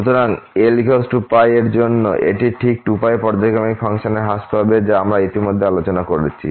সুতরাংlπ এর জন্য এটি ঠিক 2π পর্যায়ক্রমিক ফাংশনে হ্রাস পাবে যা আমরা ইতিমধ্যে আলোচনা করেছি